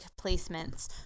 placements